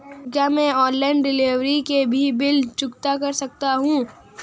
क्या मैं online delivery के भी बिल चुकता कर सकता हूँ?